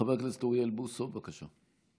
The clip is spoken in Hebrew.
חבר הכנסת אוריאל בוסו, בבקשה.